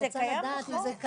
זה קיים היום.